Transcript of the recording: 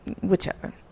whichever